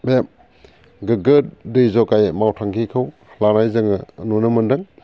बे गोग्गो दै जगाय मावथांखिखौ लानाय जोङो नुनो मोन्दों